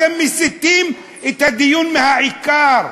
אתם מסיטים את הדיון מהעיקר.